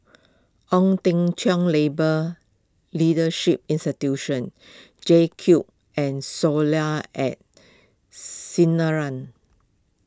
Ong Teng Cheong Labour Leadership Institution J Cube and Soleil at Sinaran